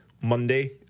Monday